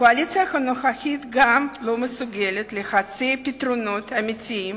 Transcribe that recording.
הקואליציה הנוכחית גם לא מסוגלת להציע פתרונות אמיתיים